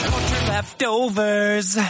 leftovers